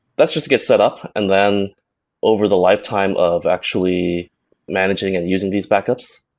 that's just to get setup. and then over the lifetime of actually managing and using these backups,